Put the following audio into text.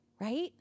Right